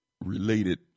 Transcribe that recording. related